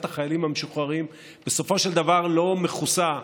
החיילים המשוחררים בסופו של דבר לא מכוסה,